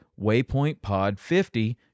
waypointpod50